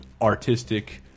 artistic